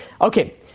Okay